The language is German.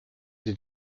sie